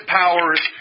powers